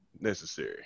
necessary